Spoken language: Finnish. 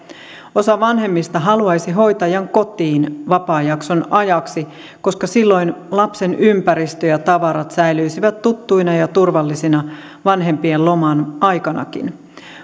osa vanhemmista haluaisi hoitajan kotiin vapaajakson ajaksi koska silloin lapsen ympäristö ja tavarat säilyisivät tuttuina ja turvallisina vanhempien loman aikanakin